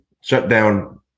shutdown